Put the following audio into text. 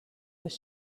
was